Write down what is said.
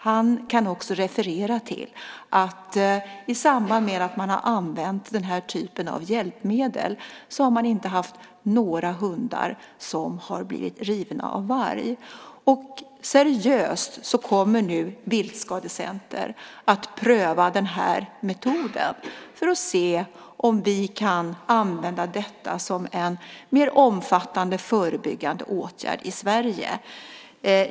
Han kan också referera till att man i samband med att man har använt den typen av hjälpmedel inte har haft några hundar som blivit rivna av varg. Seriöst kommer nu Viltskadecenter att pröva denna metod för att se om den kan användas som en mer omfattande förebyggande åtgärd i Sverige.